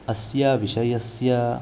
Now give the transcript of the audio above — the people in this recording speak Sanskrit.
अस्य विषयस्य